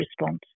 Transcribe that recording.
response